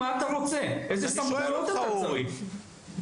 מה אתה רוצה?״ ״לאלו סמכויות אתה זקוק?״ אז אני שואל אותך אורי.